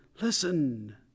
listen